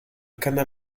canal